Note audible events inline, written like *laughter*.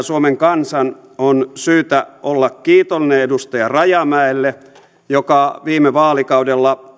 *unintelligible* suomen kansan on syytä olla kiitollinen edustaja rajamäelle joka viime vaalikaudella